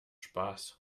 spaß